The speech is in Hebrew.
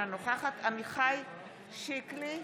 אינה נוכחת עמיחי שיקלי,